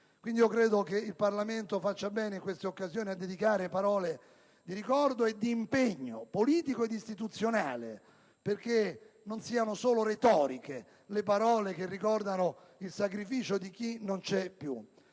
Credo pertanto che il Parlamento faccia bene, in queste occasioni, a dedicare parole di ricordo e di impegno politico e istituzionale, affinché non siano solo retoriche le parole che ricordano il sacrificio di chi non c'è più.